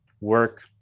work